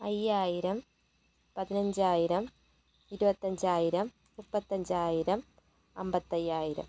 അഞ്ചായിരം പതിനഞ്ചായിരം ഇരുപത്തഞ്ചായിരം മുപ്പത്തഞ്ചായിരം അമ്പത്തഞ്ചായിരം